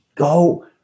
Go